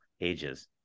ages